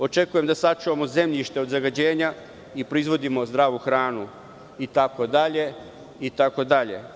Očekujem da sačuvamo zemljište od zagađenja i proizvodimo zdravu hranu, itd, itd.